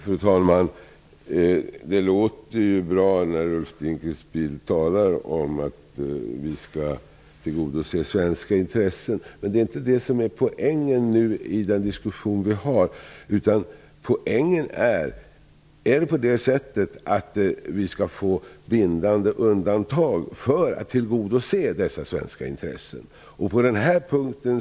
Fru talman! Det låter bra när Ulf Dinkelspiel talar om att vi skall tillgodose svenska intressen. Men det är inte det som är poängen i denna diskussion. Är det så att vi skall få bindande undantag för att tillgodose svenska intressen? Däri ligger poängen.